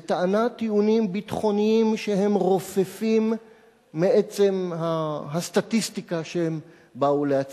וטענה טיעונים ביטחוניים שהם רופפים מעצם הסטטיסטיקה שהם באו להצדיק.